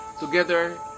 Together